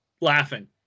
laughing